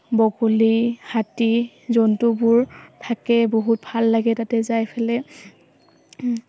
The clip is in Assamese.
হাতী জন্তুবোৰ থাকে বহুত ভাল লাগে তাতে যাই ফেলে